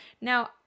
Now